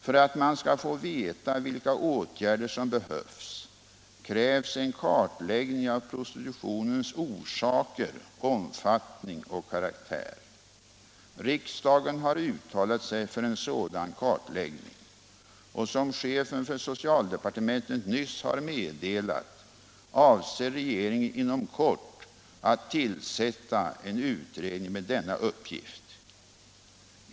För att man skall få veta vilka åtgärder som behövs, krävs en kartläggning av prostitutionens orsaker, omfattning och karaktär. Riksdagen har uttalat sig för en sådan kartläggning, och som chefen för socialdepartementet nyss har meddelat avser regeringen att inom kort tillsätta en utredning med denna uppgift.